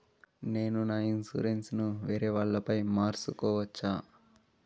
నేను నా ఇన్సూరెన్సు ను వేరేవాళ్ల పేరుపై మార్సుకోవచ్చా?